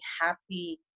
happy